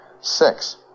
Six